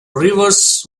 rivers